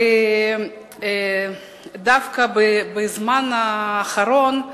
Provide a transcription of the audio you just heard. ודווקא בזמן האחרון,